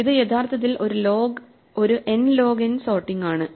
ഇത് യഥാർത്ഥത്തിൽ ഒരു n ലോഗ് n സോർട്ടിംഗ് ആണ്